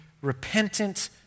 Repentant